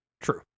True